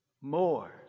more